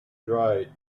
dried